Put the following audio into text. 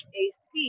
ac